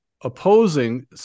opposing